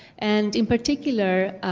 and in particular,